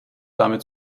damit